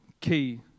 key